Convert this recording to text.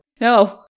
no